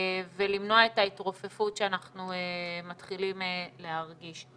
ולמנוע את ההתרופפות שאנחנו מתחילים להרגיש.